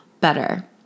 better